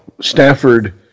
Stafford